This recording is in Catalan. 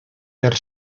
per